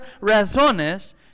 razones